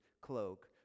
cloak